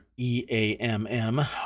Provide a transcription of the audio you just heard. EAMM